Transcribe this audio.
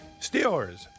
Steelers